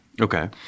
Okay